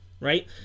right